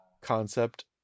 concept